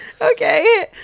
Okay